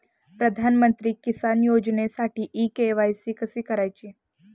प्रधानमंत्री किसान योजनेसाठी इ के.वाय.सी कशी करायची?